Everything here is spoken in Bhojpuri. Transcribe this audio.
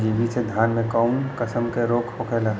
परजीवी से धान में कऊन कसम के रोग होला?